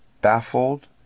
baffled